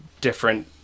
different